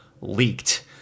leaked